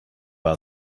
know